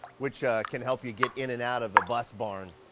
which can help you get in and out of a bus barn.